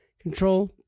Control